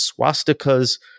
swastikas